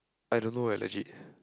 I don't leh legit